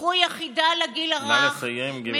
פתחו יחידה לגיל הרך, נא לסיים, גברת.